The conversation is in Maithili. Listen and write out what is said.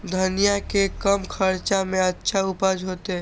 धनिया के कम खर्चा में अच्छा उपज होते?